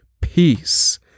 Peace